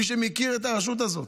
מי שמכיר את הרשות הזאת.